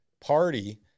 party